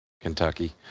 Kentucky